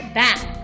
back